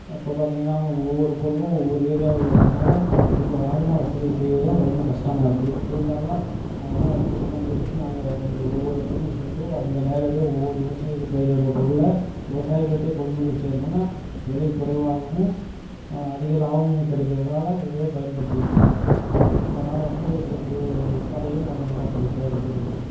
அப்போ பார்த்திங்கன்னா நமக்கு ஒவ்வொரு பொருளும் ஒவ்வொரு ஏரியாவில் இருக்கிறனால இதுக்கு வாகன வசதி செய்வதுதான் ரொம்ப கஷ்டமா இருக்குது இருந்தாலும் அதெல்லாம் எடுத்து கொண்டாந்து வச்சு நாங்கள் ஒவ்வொரு இடத்துக்கும் சென்று அங்கே நேரடியாக ஒவ்வொரு விவசாயிகள் பயிரிடுற பொருளை விவசாயிகள்கிட்ட கொள்முதல் செய்யிறனால் விலை குறைவாகவும் அதிக லாபமும் கிடைக்கிறதால இதையே பயன்படுத்திட்டிருக்கோம் அதனால வந்து எங்களுக்கு கடையும் கொஞ்சம் நல்லா செழிப்பாக இருக்கிறது